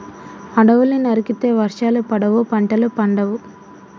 అడవుల్ని నరికితే వర్షాలు పడవు, పంటలు పండవు